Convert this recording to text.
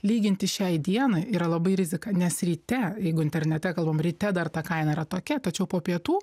lyginti šiai dienai yra labai rizika nes ryte jeigu internete kalbam ryte dar ta kaina yra tokia tačiau po pietų